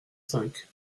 cinq